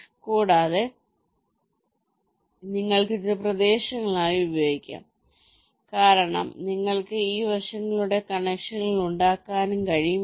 ഇതുകൂടാതെ നിങ്ങൾക്ക് ഇത് പ്രദേശങ്ങളായും ഉപയോഗിക്കാം കാരണം നിങ്ങൾക്ക് ഈ വശത്തിലൂടെ കണക്ഷനുകൾ ഉണ്ടാക്കാനും കഴിയും